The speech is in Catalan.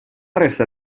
resta